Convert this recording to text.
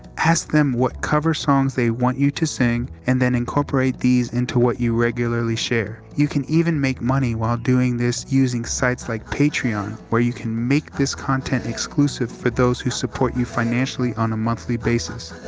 ask them what cover songs they want you to sing, and then incorporate these into what you regularly share. you can even make money while doing this using sites like patreon where you can make this content exclusive for those who support you financially on a monthly basis.